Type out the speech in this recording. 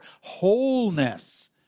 wholeness